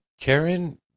Karen